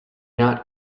not